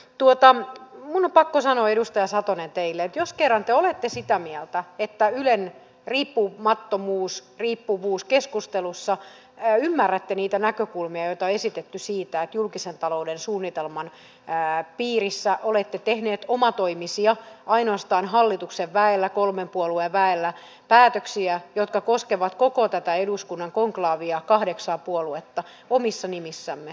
minun on pakko sanoa edustaja satonen teille jos kerran te olette sitä mieltä että ylen riippumattomuusriippuvuus keskustelussa ymmärrätte niitä näkökulmia joita on esitetty siitä että julkisen talouden suunnitelman piirissä olette tehneet omatoimisesti ainoastaan hallituksen väellä kolmen puolueen väellä päätöksiä jotka koskevat koko tätä eduskunnan konklaavia kahdeksaa puoluetta omissa nimissänne